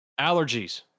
allergies